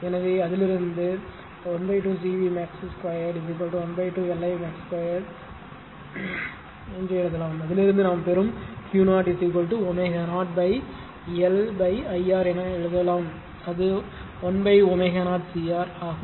எனவே அதிலிருந்து 12 CV max 2 12 LI max 2 என்று எழுதலாம் அதிலிருந்து நாம் பெறும் Q0 ω0 L IR என எழுதப்படலாம் அது 1 ω0 CR